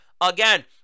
Again